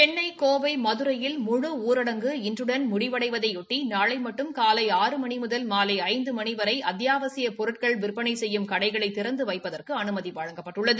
சென்னை கோவை மதுரையில் முழு ஊரடங்கு இன்றுடன் முடிவடைவதையொட்டி நாளை மட்டும் காலை ஆறு மணி முதல் மாலை ஐந்து மணி வரை அத்தியாவசியப் பொருட்கள் விற்பனை செய்யும் கடைகளை திறந்து வைப்பதற்கு அனுமதி வழங்கப்பட்டுள்ளது